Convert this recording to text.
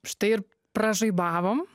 štai ir pražaibavom